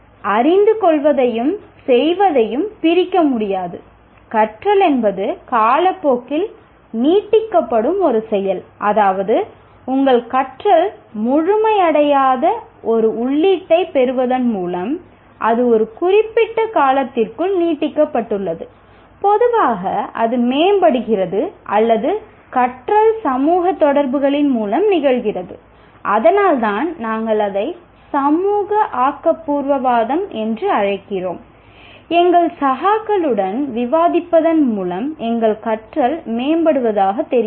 அறிந்து கொள்வதையும் செய்வதையும் பிரிக்க முடியாது கற்றல் என்பது காலப்போக்கில் நீட்டிக்கப்படும் ஒரு செயல் அதாவது உங்கள் கற்றல் முழுமையடையாத ஒரு உள்ளீட்டைப் பெறுவதன் மூலம் அது ஒரு குறிப்பிட்ட காலத்திற்குள் நீட்டிக்கப்பட்டுள்ளது பொதுவாக அது மேம்படுகிறது அல்லது கற்றல் சமூக தொடர்புகளின் மூலம் நிகழ்கிறது அதனால்தான் நாங்கள் அதை சமூக ஆக்கபூர்வவாதம் என்று அழைக்கிறோம் எங்கள் சகாக்களுடன் விவாதிப்பதன் மூலம் எங்கள் கற்றல் மேம்படுவதாகத் தெரிகிறது